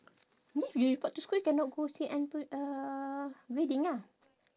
means you report to school you cannot go see uh wedding ah